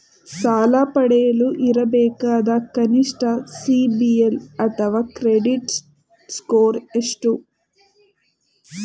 ಸಾಲ ಪಡೆಯಲು ಇರಬೇಕಾದ ಕನಿಷ್ಠ ಸಿಬಿಲ್ ಅಥವಾ ಕ್ರೆಡಿಟ್ ಸ್ಕೋರ್ ಎಷ್ಟು?